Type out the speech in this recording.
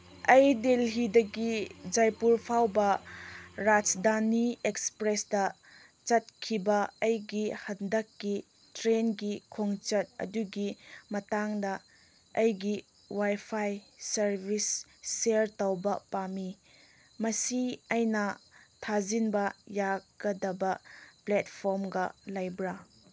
ꯑꯩ ꯗꯦꯜꯍꯤꯗꯒꯤ ꯖꯩꯄꯨꯔ ꯐꯥꯎꯕ ꯔꯥꯖꯙꯥꯅꯤ ꯑꯦꯛꯁꯄ꯭ꯔꯦꯁꯇ ꯆꯠꯈꯤꯕ ꯑꯩꯒꯤ ꯍꯟꯗꯛꯀꯤ ꯇ꯭ꯔꯦꯟꯒꯤ ꯈꯣꯡꯆꯠ ꯑꯗꯨꯒꯤ ꯃꯇꯥꯡꯗ ꯑꯩꯒꯤ ꯋꯥꯏꯐꯥꯏ ꯁꯔꯚꯤꯁ ꯁꯤꯌꯔ ꯇꯧꯕ ꯄꯥꯝꯃꯤ ꯃꯁꯤ ꯑꯩꯅ ꯊꯥꯖꯤꯟꯕ ꯌꯥꯒꯗꯕ ꯄ꯭ꯂꯦꯠꯐꯣꯝꯒ ꯂꯩꯕ꯭ꯔꯥ